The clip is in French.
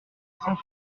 soixante